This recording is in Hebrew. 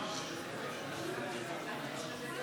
תודה